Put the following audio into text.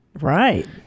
right